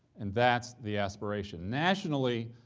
and that's the aspiration. nationally,